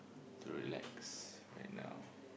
to relax right now